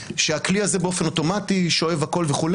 שהכלי הזה באופן אוטומטי שואב הכול וכו',